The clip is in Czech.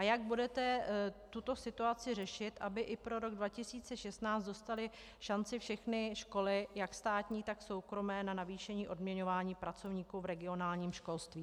Jak budete tuto situaci řešit, aby i pro rok 2016 dostaly šanci všechny školy, jak státní tak soukromé, na navýšení odměňování pracovníků v regionálním školství?